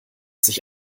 sich